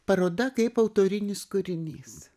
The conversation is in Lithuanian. paroda kaip autorinis kūrinys